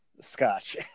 scotch